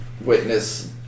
witness